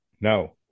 no